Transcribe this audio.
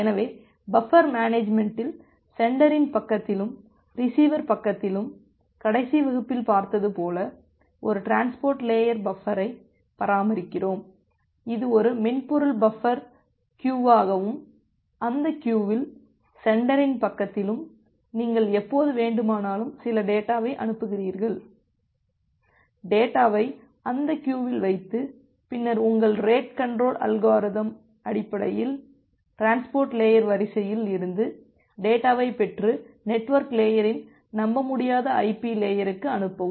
எனவே பஃபர் மேனேஜ்மெண்ட்டில் சென்டரின் பக்கத்திலும் ரிசீவர் பக்கத்திலும் கடைசி வகுப்பில் பார்த்தது போல ஒரு டிரான்ஸ்போர்ட் லேயர் பஃபரை பராமரிக்கிறோம் இது ஒரு மென்பொருள் பஃபர் க்கியுவாகவும் அந்த க்கியுவில் சென்டரின் பக்கத்திலும் நீங்கள் எப்போது வேண்டுமானாலும் சில டேட்டாவை அனுப்புகிறீர்கள் டேட்டாவை அந்த க்கியுவில் வைத்து பின்னர் உங்கள் ரேட் கன்ட்ரோல் அல்காரிதம் அடிப்படையில் டிரான்ஸ்போர்ட் லேயர் வரிசையில் இருந்து டேட்டாவைப் பெற்று நெட்வொர்க் லேயரின் நம்பமுடியாத ஐபி லேயருக்கு அனுப்பும்